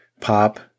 pop